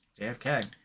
JFK